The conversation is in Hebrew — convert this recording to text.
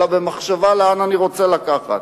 אלא במחשבה לאן אני רוצה לקחת,